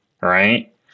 right